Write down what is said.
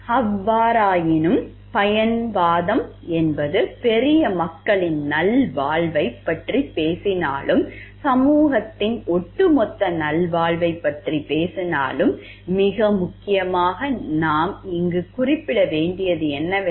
எவ்வாறாயினும் பயன்வாதம் என்பது பெரிய மக்களின் நல்வாழ்வைப் பற்றி பேசினாலும் சமூகத்தின் ஒட்டுமொத்த நல்வாழ்வைப் பற்றி பேசினாலும் மிக முக்கியமாக நாம் இங்கு குறிப்பிட வேண்டியது என்னவென்றால்